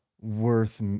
worth